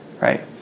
right